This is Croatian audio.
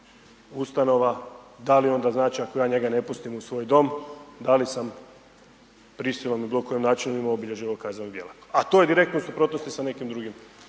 ustanova. Da li onda znači ako ja njega ne pustim u svoj dom, da li sam prisilom ili bilo koji načinima obilježja ovog kaznenog djela, a to je direktno u suprotnosti sa nekim drugim